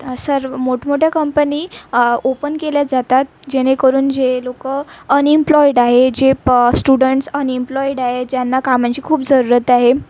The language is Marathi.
सर मोठमोठ्या कंपनी ओपन केल्या जातात जेणेकरून जे लोक अनइम्प्लॉईड आहे जे प स्टुडन्ट्स अनइम्प्लॉईड आहे ज्यांना कामांची खूप जरूरत आहे